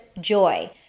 joy